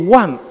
one